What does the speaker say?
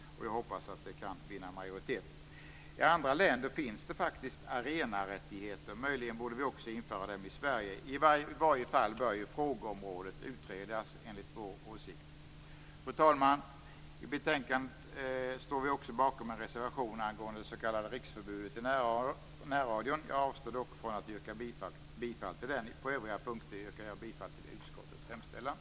Jag hoppas att det kan bli en majoritet. I andra länder finns det faktiskt arenarättigheter. Vi borde möjligen också införa dem i Sverige. I varje fall bör enligt vår åsikt frågeområdet utredas. Fru talman! I betänkandet står vi också bakom en reservation angående det s.k. riksförbudet i närradion. Jag avstår dock från att yrka bifall till den. På övriga punkter yrkar jag bifall till utskottets hemställan.